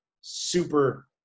super